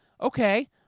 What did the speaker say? Okay